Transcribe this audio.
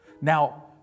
now